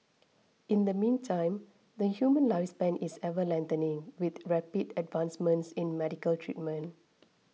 in the meantime the human lifespan is ever lengthening with rapid advancements in medical treatment